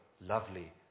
lovely